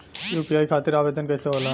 UPI खातिर आवेदन कैसे होला?